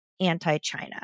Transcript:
anti-China